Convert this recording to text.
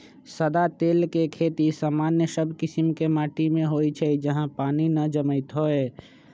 सदा तेल के खेती सामान्य सब कीशिम के माटि में होइ छइ जहा पानी न जमैत होय